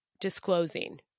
disclosing